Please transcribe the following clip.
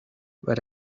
but